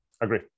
Agree